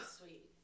sweet